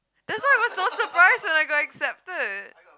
that's why I got so surprised when I got accepted